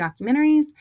documentaries